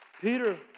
Peter